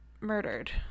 murdered